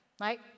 right